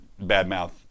badmouth